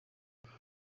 buryo